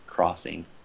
crossing